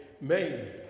Made